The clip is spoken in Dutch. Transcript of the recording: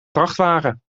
vrachtwagen